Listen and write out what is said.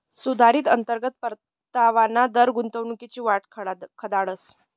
सुधारित अंतर्गत परतावाना दर गुंतवणूकनी वाट दखाडस